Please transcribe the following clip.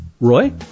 Roy